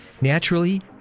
Naturally